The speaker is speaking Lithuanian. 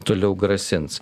toliau grasins